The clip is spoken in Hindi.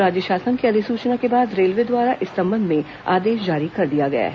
राज्य शासन की अधिसूचना के बाद रेलवे द्वारा इस संबंध में आदेश जारी कर दिया गया है